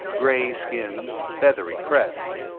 gray skins, feathery crests.